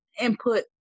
input